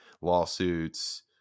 lawsuits